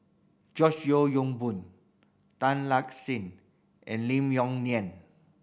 George Yeo Yong Boon Tan Lark Sye and Lim Yong Liang